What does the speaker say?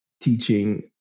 teaching